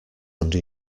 under